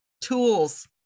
tools